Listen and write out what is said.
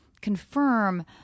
confirm